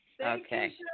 Okay